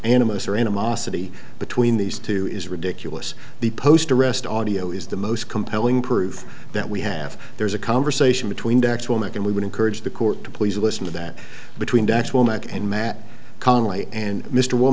animists or animosity between these two is ridiculous the post arrest audio is the most compelling proof that we have there's a conversation between the actual mike and we would encourage the court to please listen to that between the actual knock and matt conley and mr w